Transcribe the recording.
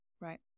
Right